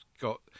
got